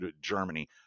Germany